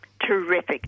Terrific